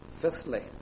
fifthly